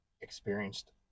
experienced